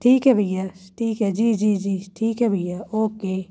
ठीक है भैया ठीक है जी जी जी ठीक है भैया ओके